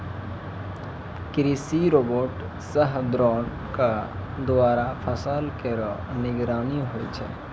कृषि रोबोट सह द्रोण क द्वारा फसल केरो निगरानी होय छै